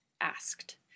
asked